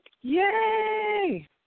Yay